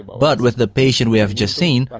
but with the patient we have just seen, ah